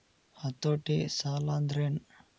ಹತೋಟಿ ಸಾಲಾಂದ್ರೆನ್?